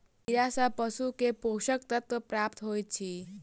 कीड़ा सँ पशु के पोषक तत्व प्राप्त होइत अछि